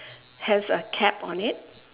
has a cap on it